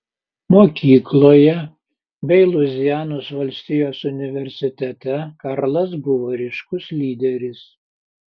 mokykloje bei luizianos valstijos universitete karlas buvo ryškus lyderis